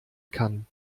kann